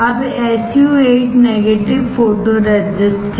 अब SU 8 negative photoresist है